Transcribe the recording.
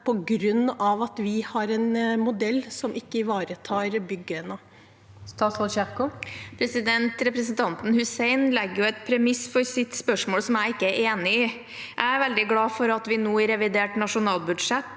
på grunn av at vi har en modell som ikke ivaretar byggene? Statsråd Ingvild Kjerkol Representan- ten Hussein legger et premiss for sitt spørsmål som jeg ikke enig i. Jeg er veldig glad for at vi nå i revidert nasjonalbudsjett